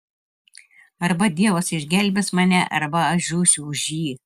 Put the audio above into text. arba dievas išgelbės mane arba aš žūsiu už jį